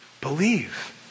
believe